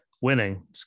winning